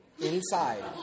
Inside